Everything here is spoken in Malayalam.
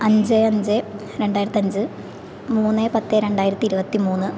അഞ്ച് അഞ്ച് രണ്ടായിരത്തി അഞ്ച് മൂന്ന് പത്ത് രണ്ടായിരത്തി ഇരുപത്തി മൂന്ന്